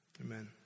Amen